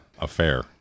affair